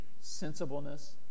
sensibleness